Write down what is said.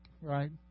right